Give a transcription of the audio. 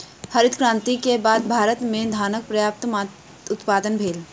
हरित क्रांति के बाद भारत में धानक पर्यात उत्पादन भेल